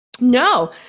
No